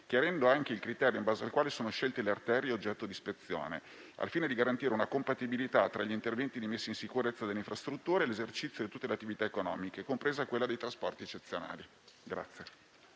chiarendo anche il criterio in base al quale sono scelte le arterie oggetto di ispezione, al fine di garantire una compatibilità tra gli interventi di messa in sicurezza delle infrastrutture e l'esercizio di tutte le attività economiche, compresa quella dei trasporti eccezionali.